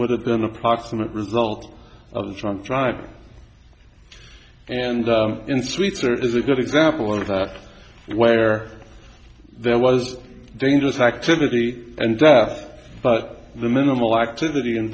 would have been approximate result of a drunk driver and in sweeter is a good example of that where there was dangerous activity and def but the minimal activity